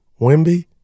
Wimby